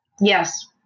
Yes